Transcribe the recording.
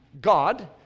God